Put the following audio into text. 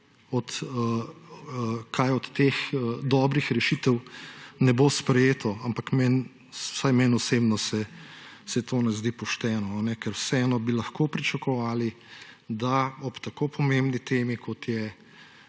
kaj od teh dobrih rešitev ne bo sprejeto. Ampak vsaj meni osebno se to ne zdi pošteno, ker vseeno bi lahko pričakovali, da ob tako pomembni temi, kot je